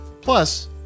Plus